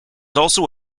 also